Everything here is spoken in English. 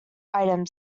items